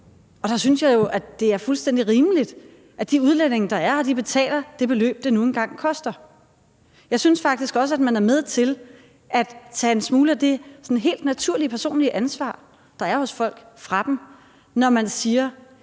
Og der synes jeg jo, at det er fuldstændig rimeligt, at de udlændinge, der er her, betaler det beløb, det nu engang koster. Jeg synes faktisk også, at man er med til at tage en smule af det helt naturlige personlige ansvar fra folk, når man siger: